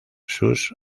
sus